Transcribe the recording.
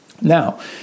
Now